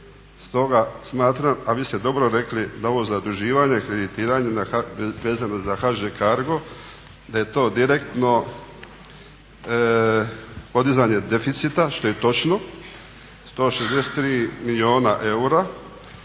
Stoga smatram, a vi ste dobro rekli da ovo zaduživanje kreditiranju vezano za HŽ Cargo da je to direktno podizanje deficita što je točno, 163 milijuna eura,